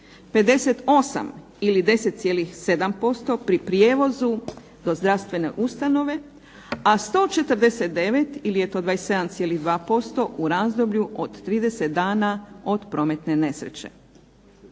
58 ili 10,7% pri prijevozu do zdravstvene ustanove, a 149 ili je to 27,2% u razdoblju od 30 dana od prometne nesreće.